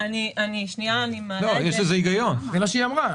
זה מה שהיא אמרה.